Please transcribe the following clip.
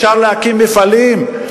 אפשר להקים מפעלים?